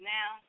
Now